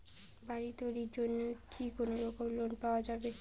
বাড়ি তৈরির জন্যে কি কোনোরকম লোন পাওয়া যাবে?